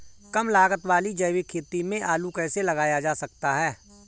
कम लागत वाली जैविक खेती में आलू कैसे लगाया जा सकता है?